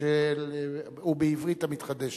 ובעברית המתחדשת.